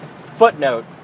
footnote